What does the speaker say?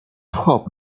hop